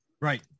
right